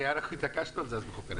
אנחנו התעקשנו על זה בחוק הניידות.